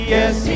Yes